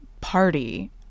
party